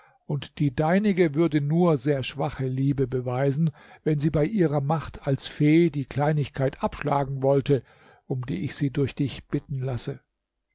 und die deinige würde nur sehr schwache liebe beweisen wenn sie bei ihrer macht als fee die kleinigkeit abschlagen wollte um die ich sie durch dich bitten lasse